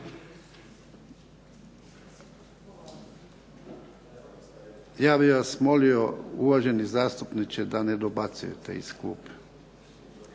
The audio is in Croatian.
Ja bih vas molio uvaženi zastupniče da ne dobacujete iz klupe.